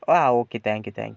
ആ okay thank you thank U